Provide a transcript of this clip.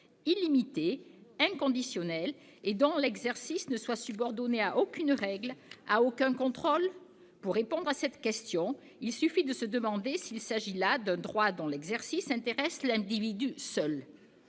illimité, inconditionnel, et dont l'exercice ne soit subordonné à aucune règle, à aucun contrôle ? Pour répondre à cette question, il suffit de se demander s'il s'agit là d'un droit dont l'exercice intéresse l'individu seul.